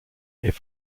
est